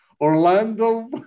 Orlando